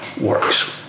works